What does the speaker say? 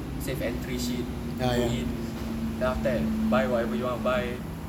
safe entry shit go in then after that buy whatever you want to buy